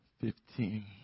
Fifteen